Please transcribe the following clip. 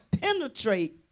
penetrate